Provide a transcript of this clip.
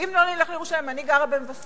ואם לא נלך לירושלים, אני גרה במבשרת.